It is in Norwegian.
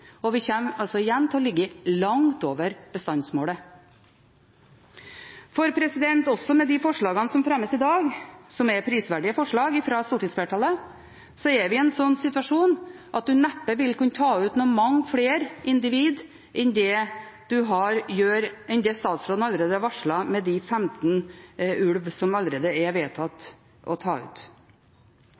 det vi har hatt ved inngangen til denne vintersesongen. Vi kommer igjen til å ligge langt over bestandsmålet, for også med forslagene som fremmes i dag, som er prisverdige forslag fra stortingsflertallet, er vi i en slik situasjon at man neppe vil kunne ta ut noen flere individ enn det statsråden allerede har varslet, 15 ulver som allerede er vedtatt å ta ut.